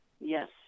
Yes